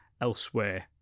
elsewhere